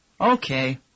Okay